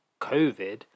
COVID